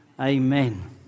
Amen